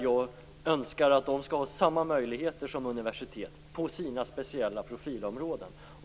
Jag önskar att de skall ha samma möjlighet som universiteten på sina speciella profilområden.